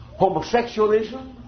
homosexualism